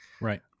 right